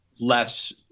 less